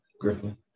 Griffin